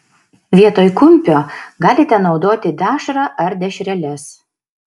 vietoj kumpio galite naudoti dešrą ar dešreles